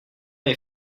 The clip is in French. est